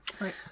Right